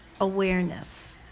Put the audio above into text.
awareness